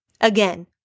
Again